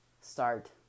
start